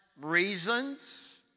reasons